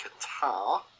Qatar